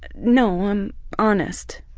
no, i'm honest.